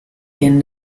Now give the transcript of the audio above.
ihren